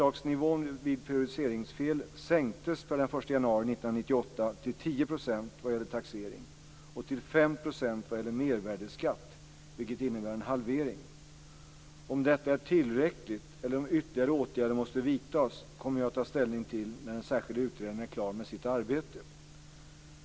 5 % vad gäller mervärdesskatt, vilket innebar en halvering. Om detta är tillräckligt eller om ytterligare åtgärder måste vidtas kommer jag att ta ställning till när den särskilde utredaren är klar med sitt arbete.